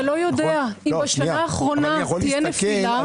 אתה לא יודע כי בשנה האחרונה תהיה נפילה.